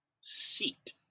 seat